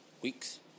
Weeks